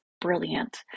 brilliant